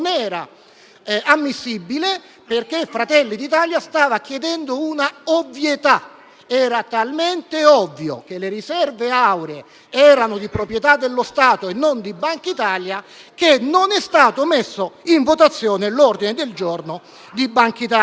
era ammissibile perché Fratelli d'Italia stava chiedendo una ovvietà: era talmente ovvio che le riserve auree erano di proprietà dello Stato e non di Bankitalia che non è stato messo in votazione l'ordine del giorno su Banca d'Italia.